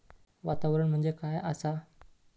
वातावरण म्हणजे काय आसा?